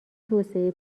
توسعه